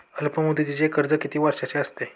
अल्पमुदतीचे कर्ज किती वर्षांचे असते?